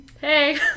hey